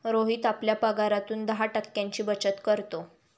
रोहित आपल्या पगारातून दहा टक्क्यांची बचत करतो